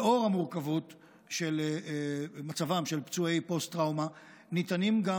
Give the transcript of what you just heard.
לאור מורכבות מצבם של פצועי פוסט טראומה במקרים רבים ניתנים,